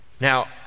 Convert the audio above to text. Now